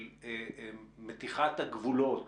של מתיחת הגבולות